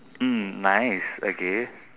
mm nice okay